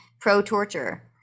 pro-torture